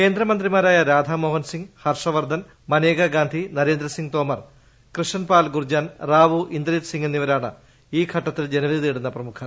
കേന്ദ്ര മന്ത്രിമാരായ രാധാ മോഹൻ സിങ് ഹർഷവർധൻ മനേകാഗാന്ധി നരേന്ദ്രസിംഗ് തോമർ കൃഷൻ പാൽ ഗുർജാൻ റാവു ഇന്ദ്രിജ്ത്ത് സിങ് എന്നിവരാണ് ഈ ഘട്ടത്തിൽ ജനവിധി തേടുന്ന പ്രമുഖർ